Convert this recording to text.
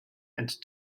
and